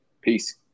Peace